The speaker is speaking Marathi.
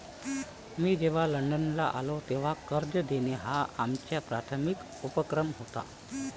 मी जेव्हा लंडनला आलो, तेव्हा कर्ज देणं हा आमचा प्राथमिक उपक्रम होता